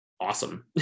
awesome